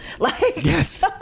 Yes